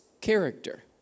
character